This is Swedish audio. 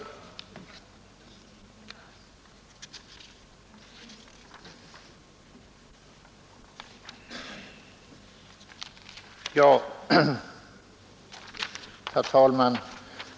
Herr talman!